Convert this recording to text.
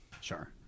Sure